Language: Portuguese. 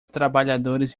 trabalhadores